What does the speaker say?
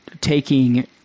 taking